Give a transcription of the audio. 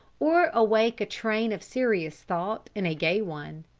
or awake a train of serious thought in a gay one,